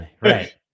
right